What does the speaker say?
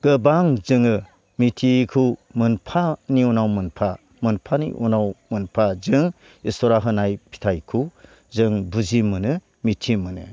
गोबां जोङो मिथियैखौ मोनफानि उनाव मोनफा मोनफानि उनाव मोनफा जों इसोरा होनाय फिथाइखौ जों बुजि मोनो मिथि मोनो